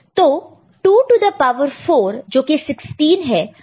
तो 2 to the power 4 जो कि 16 है